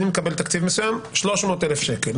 אני מקבל תקציב מסוים, 300,000 שקל.